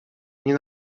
nie